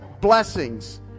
blessings